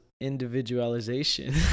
individualization